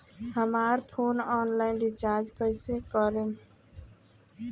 हमार phone online recharge कईसे करेम?